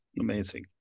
Amazing